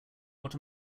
what